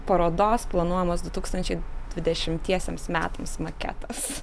parodos planuojamos du tūkstančiai dvidešimtiesiems metams maketas